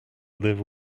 live